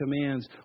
commands